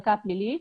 המחלקה הפלילית.